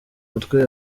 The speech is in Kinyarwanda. umutwe